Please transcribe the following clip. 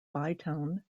bytown